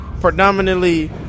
Predominantly